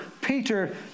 Peter